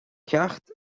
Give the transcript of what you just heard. ceacht